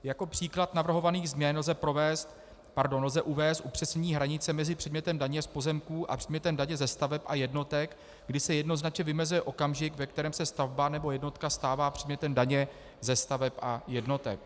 Jako příklad navrhovaných změn lze uvést upřesnění hranice mezi předmětem daně z pozemků a předmětem daně ze staveb a jednotek, kdy se jednoznačně vymezuje okamžik, ve kterém se stavba nebo jednotka stává předmětem daně ze staveb a jednotek.